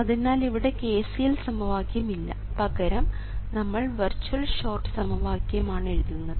അതിനാൽ ഇവിടെ KCL സമവാക്യം ഇല്ല പകരം നമ്മൾ വെർച്വൽ ഷോർട്ട് സമവാക്യമാണ് എഴുതുന്നത്